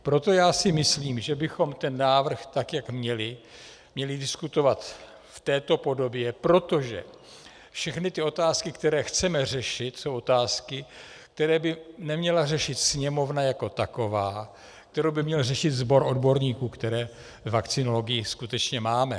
Proto si myslím, že bychom ten návrh, jak ho máme, měli diskutovat v této podobě, protože všechny otázky, které chceme řešit, jsou otázky, které by neměla řešit Sněmovna jako taková, které by měl řešit sbor odborníků, které ve vakcinologii skutečně máme.